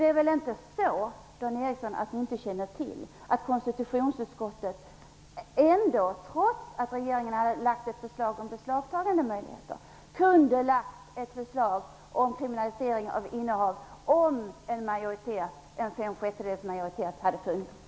Det är väl inte så att ni inte känner till att konstitutionsutskottet, trots att regeringen hade lagt fram ett förslag om beslagtagandemöjligheter, kunde lagt fram ett förslag om kriminalisering av innehav av barnpornografi om det hade funnits en majoritet på fem sjättedelar?